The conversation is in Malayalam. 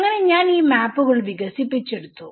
അങ്ങനെ ഞാൻ ഈ മാപ്പുകൾ വികസിപ്പിച്ചെടുത്തു